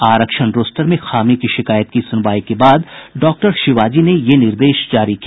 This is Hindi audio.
आरक्षण रोस्टर में खामी की शिकायत की सुनवाई के बाद डॉक्टर शिवाजी ने ये निर्देश जारी किया